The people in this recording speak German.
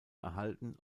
erhalten